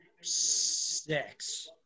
Six